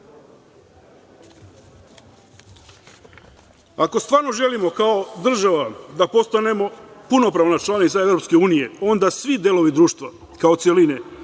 stvarno želimo kao država da postanemo punopravna članica EU, onda svi delovi društva kao celine,